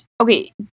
okay